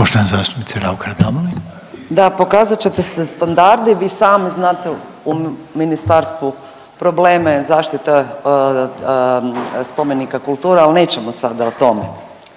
Urša (Možemo!)** Da pokazat ćete se standardi, vi sami znate u ministarstvu probleme zaštite spomenika kulture, al nećemo sada o tome,